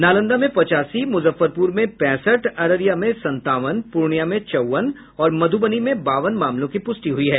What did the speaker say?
नालंदा में पचासी मुजफ्फरपुर में पैंसठ अररिया में संतावन पूर्णिया में चौवन और मधुबनी में बावन मामलों की पुष्टि हुई है